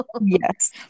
Yes